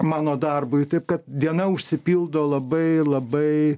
mano darbui taip kad diena užsipildo labai labai